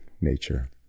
nature